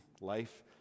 Life